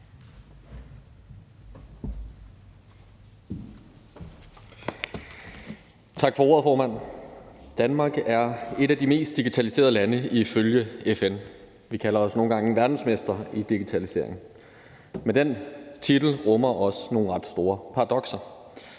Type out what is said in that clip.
Tak for ordet, formand. Danmark er et af de mest digitaliserede lande ifølge FN. Vi kalder os nogle gange verdensmestre i digitalisering. Men den titel rummer også nogle ret store paradokser.